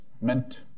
meant